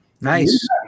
Nice